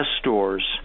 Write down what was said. stores